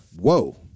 Whoa